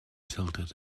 tilted